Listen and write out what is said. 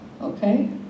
okay